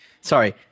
sorry